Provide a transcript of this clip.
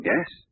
Yes